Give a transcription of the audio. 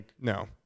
No